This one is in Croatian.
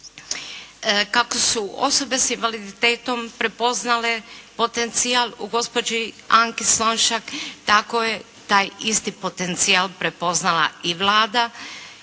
Kako su osobe sa invaliditetom prepoznate potencijal u gospođi Anki Slonjšak, tako je taj isti potencijal prepoznala i Vlada.